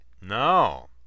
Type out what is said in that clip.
No